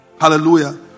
Hallelujah